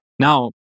Now